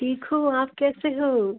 ठीक हो आप कैसे हो